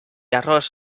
errors